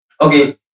Okay